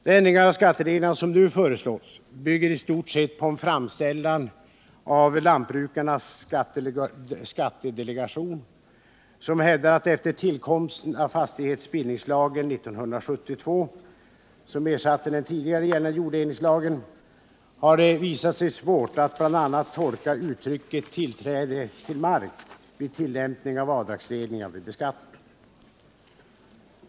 De ändringar av skattereglerna som nu föreslås bygger i stort på en framställan av Lantbrukarnas skattedelegation, som hävdar att det efter tillkomsten av fastighetsbildningslagen 1972, som ersatte den tidigare gällande jorddelningslagen, har visat sig svårt att bl.a. tolka uttrycket ”tillträde av mark” vid tillämpningen av avdragsreglerna vid beskattning.